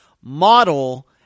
model